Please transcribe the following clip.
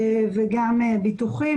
וגם ביטוחים.